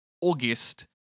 august